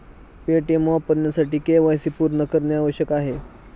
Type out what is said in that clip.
Paytm वापरण्यासाठी KYC पूर्ण करणे आवश्यक आहे